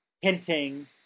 hinting